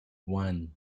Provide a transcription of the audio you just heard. one